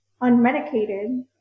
unmedicated